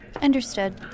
Understood